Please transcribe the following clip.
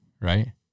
Right